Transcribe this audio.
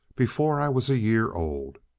before i was a year old.